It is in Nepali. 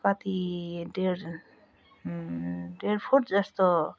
रति डेढ डेढ फिट जस्तो